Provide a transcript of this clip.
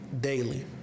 daily